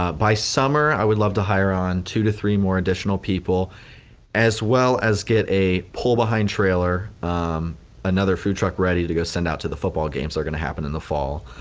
ah by summer, i would love to hire on two to three more additional people as well as get a pull behind trailer another food truck ready to go send out to the football games are gonna happen in the fall.